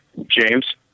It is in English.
James